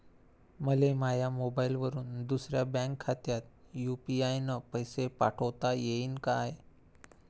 मले माह्या मोबाईलवरून दुसऱ्या बँक खात्यात यू.पी.आय न पैसे पाठोता येईन काय?